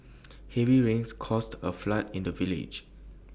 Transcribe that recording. heavy rains caused A flood in the village